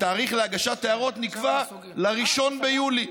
התאריך להגשת ההערות נקבע ל-1 ביולי.